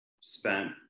spent